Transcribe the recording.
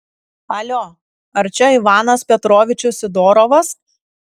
alio ar čia ivanas petrovičius sidorovas